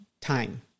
time